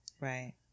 Right